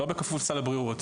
לא בכפוף לסל הבריאות,